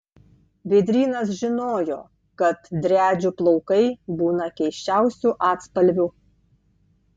vėdrynas žinojo kad driadžių plaukai būna keisčiausių atspalvių